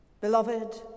Beloved